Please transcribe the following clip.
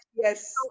yes